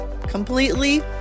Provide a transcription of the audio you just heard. completely